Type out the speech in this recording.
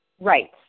right